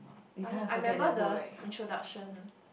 I I remember the introduction